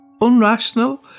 Unrational